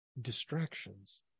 distractions